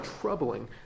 troubling